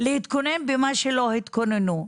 להתכונן במה שלא התכוננו.